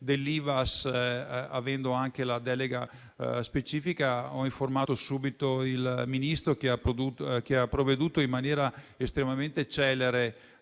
dell'Ivass, avendo anche la delega specifica, ho informato subito il Ministro, che ha provveduto in maniera estremamente celere